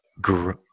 grow